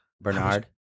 Bernard